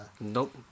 Nope